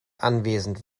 anwesend